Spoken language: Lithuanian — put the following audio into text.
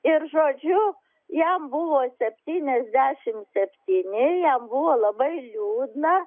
ir žodžiu jam buvo septyniasdešimt septyni jam buvo labai liūdna